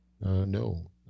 No